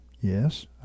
Yes